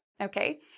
Okay